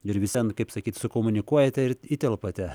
ir visvien kaip sakyt sukomunikuojate ir įtelpate